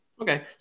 Okay